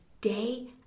day